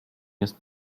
jest